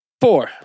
Four